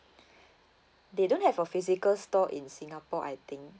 they don't have a physical store in singapore I think